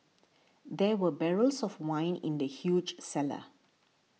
there were barrels of wine in the huge cellar